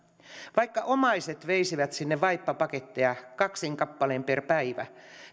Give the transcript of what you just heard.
vaikka omaiset veisivät sinne vaippapaketteja kaksin kappalein per päivä